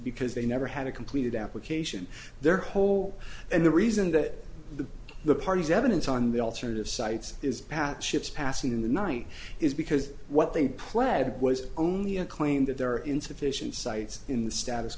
because they never had a completed application their whole and the reason that the parties evidence on the alternative sites is pat ships passing in the night is because what they pled was only a claim that there are insufficient cites in the status